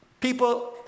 People